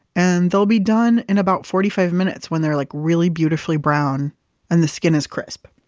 and they'll be done in about forty five minutes, when they're like really beautifully brown and the skin is crisp.